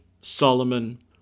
Solomon